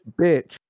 bitch